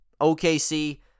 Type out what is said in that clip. OKC